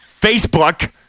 Facebook